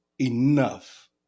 enough